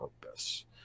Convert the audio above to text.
purpose